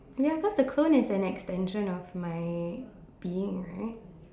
ya cause the clone is an extension of my being right